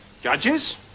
judges